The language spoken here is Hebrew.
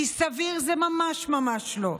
כי סביר זה ממש ממש לא,